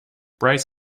bryce